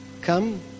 come